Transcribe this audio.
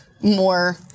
more